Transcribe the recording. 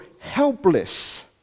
helpless